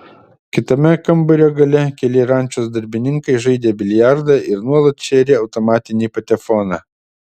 kitame kambario gale keli rančos darbininkai žaidė biliardą ir nuolat šėrė automatinį patefoną